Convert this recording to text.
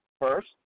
First